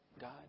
God